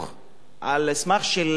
כי מי שמתאכזר לחיות מתאכזר גם לבני-האדם.